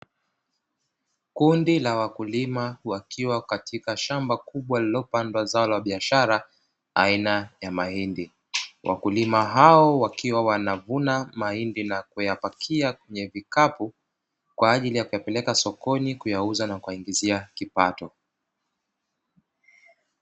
Kundi la wakulima wakiwa kwenye shamba kubwa lililopandwa zao la biashara aina ya mahindi , Wakulima hao wakiwa wanavuna mahindi na kuyapakia kwenye vikapu Kwa ajili ya kuyapeleka sokoni kwa ajili ya kujipatia kipato.